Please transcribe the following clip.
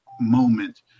moment